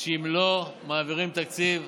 שאם לא מעבירים בו תקציב,